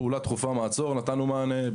פעולה דחופה מעצור מענה.